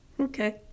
okay